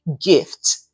gift